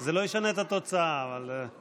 זה לא ישנה את התוצאה, אבל אמרנו.